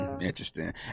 Interesting